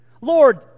Lord